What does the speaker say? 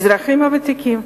האזרחים הוותיקים.